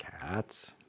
Cats